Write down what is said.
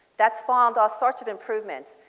that spawned all sorts of improvements.